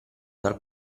dal